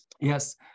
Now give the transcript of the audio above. Yes